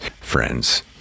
friends